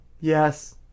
Yes